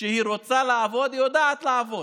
כשהיא רוצה לעבוד, היא יודעת לעבוד,